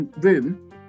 room